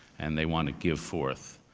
and they want to give forth.